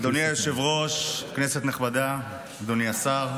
אדוני היושב-ראש, כנסת נכבדה, אדוני השר,